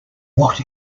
what